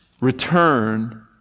return